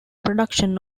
production